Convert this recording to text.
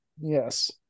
Yes